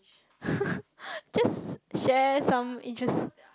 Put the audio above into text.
just share some interest